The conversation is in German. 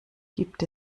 gibt